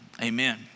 amen